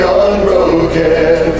unbroken